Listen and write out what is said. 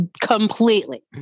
Completely